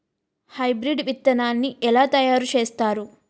Hybrid విత్తనాన్ని ఏలా తయారు చేస్తారు?